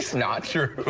not true.